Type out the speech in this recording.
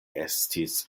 estis